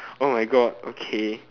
oh my god okay